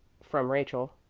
from rachel.